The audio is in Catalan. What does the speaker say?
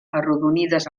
arrodonides